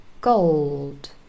gold